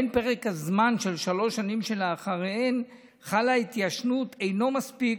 שבהם פרק הזמן של שלוש שנים שאחריהן חלה התיישנות אינו מספיק,